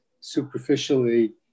superficially